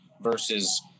versus